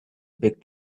big